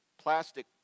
plastic